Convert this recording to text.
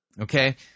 okay